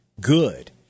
good